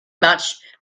much